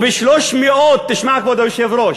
ותשמע, כבוד היושב-ראש,